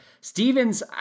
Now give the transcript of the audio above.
Stevens